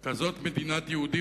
רוצה כזאת מדינת יהודים,